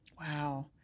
Wow